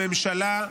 הממשלה,